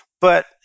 But-